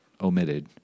omitted